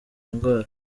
ndwara